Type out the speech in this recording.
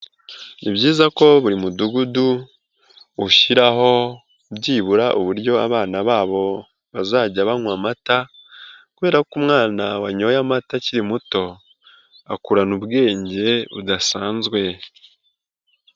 Ni byiza ko buri mudugudu ushyiraho byibura uburyo abana babo bazajya banywa amata kubera ko umwana wanyoye amata akiri muto, akurana ubwenge budasanzwe.